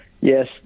yes